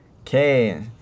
Okay